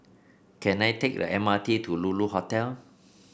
can I take the M R T to Lulu Hotel